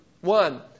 One